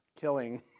killing